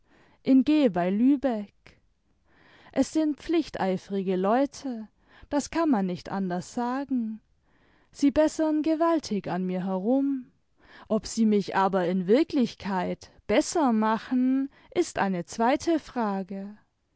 bei lübeck es sind pflichteifrige leute das kann man nicht anders sagen sie bessern gewaltig an mir herum ob sie mich aber in wirklichkeit besser machen ist eine zweite frage